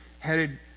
headed